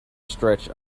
stretch